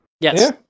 Yes